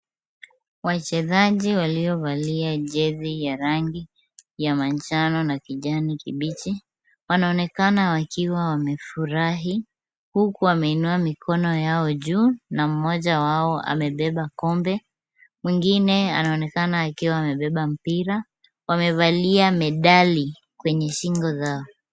Wachezaji waliovalia jezi ya rangi ya manjano na kijani kibichi. Wanaonekana wakiwa wamefurahi, huku wameinua mikono yao juu, na mmoja wao amebeba kombe. Mwingine anaonekana akiwa amebeba mpira. Wamevalia medali kwenye shingo zao.